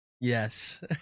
yes